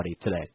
today